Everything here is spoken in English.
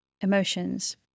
emotions